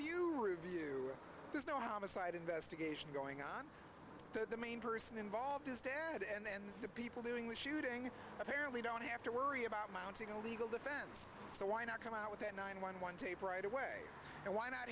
review review there's no homicide investigation going on the main person involved instead and then the people doing the shooting apparently don't have to worry about mounting a legal defense so why not come out with that nine one one tape right away and why not